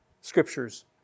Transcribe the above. scriptures